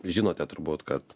žinote turbūt kad